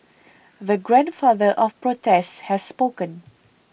the Grandfather of protests has spoken